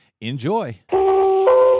enjoy